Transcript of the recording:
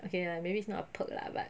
okay lah maybe it's not a perk lah but